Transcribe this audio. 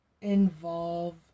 involve